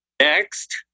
Next